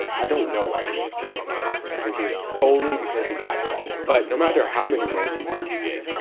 i don't know why he was getting these roles. i think it was solely, because he had followers. but no matter how many rules he seemed to get,